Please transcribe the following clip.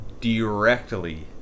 directly